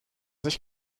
sich